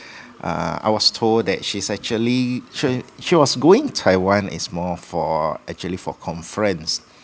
uh I was told that she's actually she she was going taiwan is more for actually for conference